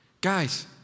Guys